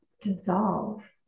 dissolve